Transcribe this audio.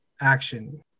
action